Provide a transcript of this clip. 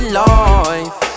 life